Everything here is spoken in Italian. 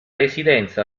residenza